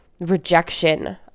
rejection